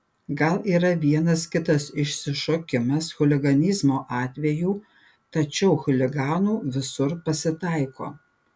gal yra vienas kitas išsišokimas chuliganizmo atvejų tačiau chuliganų visur pasitaiko